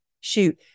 shoot